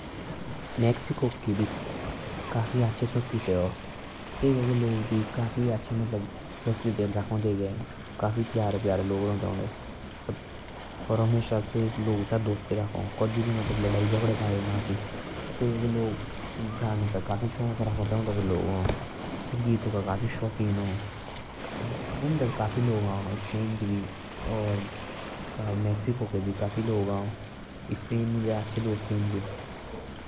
मेक्सिको के भी काफी अच्छा संस्कृति आ। तैका के लोग काफी प्यारे हौँ। से हमेसा दोस्ते रखा। तैका के लोग काफी अच्छा गाने गाउ।